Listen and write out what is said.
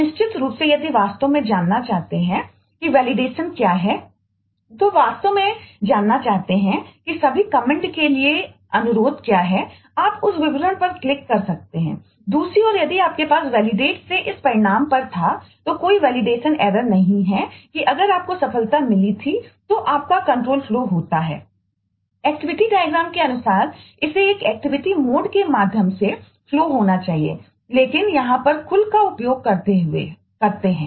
अब निश्चित रूप से यदि आप वास्तव में जानना चाहते हैं कि वैलिडेशनहै जो हम दिखा रहे हैं